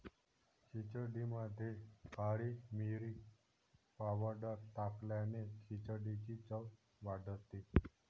खिचडीमध्ये काळी मिरी पावडर टाकल्याने खिचडीची चव वाढते